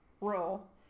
roll